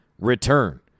return